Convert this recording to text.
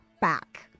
back